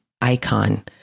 icon